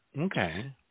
okay